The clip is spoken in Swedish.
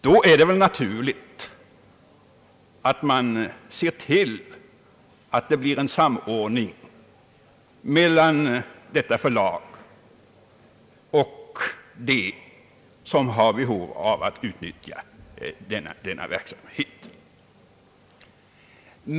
Då är det väl naturligt att man ser till att det blir en samordning mellan detta förlag och dem som har behov av att utnyttja dess verksamhet.